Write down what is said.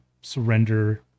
surrender